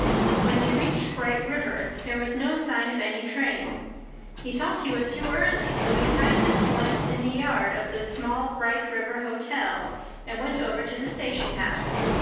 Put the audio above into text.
when he reached bright river there was no sign of any train he thought he was too early, so he tied his horse in the yard of the small bright river hotel and went over to the station house.